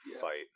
fight